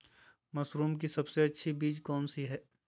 Mushroom की सबसे अच्छी बीज कौन सी है?